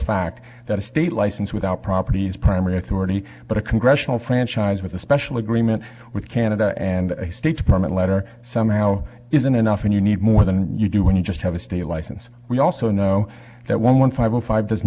fact that a state license without properties primary authority but a congressional franchise with a special agreement with canada and a states permit letter somehow isn't enough and you need more than you do when you just have a state license we also know that one one five zero five does